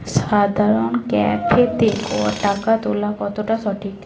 সাধারণ ক্যাফেতে টাকা তুলা কতটা সঠিক?